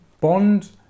bond